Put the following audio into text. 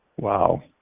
Wow